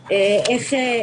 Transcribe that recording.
איך הטקס יהיה,